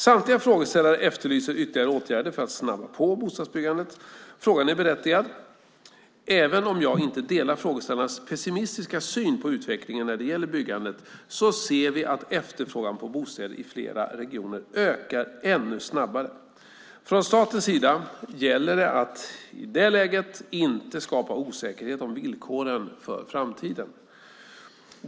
Samtliga frågeställare efterlyser ytterligare åtgärder för att snabba på bostadsbyggandet. Frågan är berättigad. Även om jag inte delar frågeställarnas pessimistiska syn på utvecklingen när det gäller byggandet ser vi att efterfrågan på bostäder i flera regioner ökar ännu snabbare. Från statens sida gäller det att i det läget inte skapa osäkerhet om villkoren för framtiden.